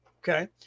okay